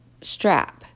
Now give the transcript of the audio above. strap